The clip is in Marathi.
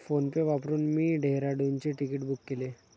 फोनपे वापरून मी डेहराडूनचे तिकीट बुक केले